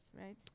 right